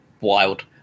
wild